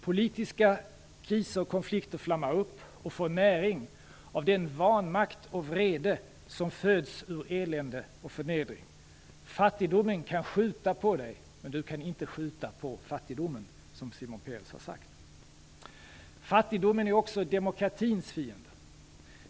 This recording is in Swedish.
Politiska kriser och konflikter flammar upp och får näring av den vanmakt och vrede som föds ur elände och förnedring. "Fattigdomen kan skjuta på dig, men du kan inte skjuta på fattigdomen", som Shimon Peres har sagt. Fattigdomen är också demokratins fiende.